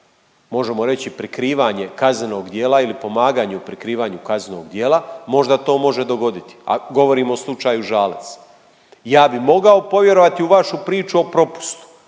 možemo reći prikrivanje kaznenog djela ili pomaganje u prikrivanju kaznenog djela možda to može dogoditi. Ako govorimo o slučaju Žalac. Ja bi mogao povjerovati u vašu priču o propustu